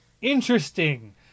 interesting